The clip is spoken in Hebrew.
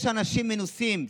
יש אנשים מנוסים,